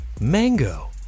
Mango